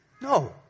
No